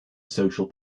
social